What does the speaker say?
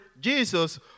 Jesus